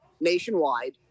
nationwide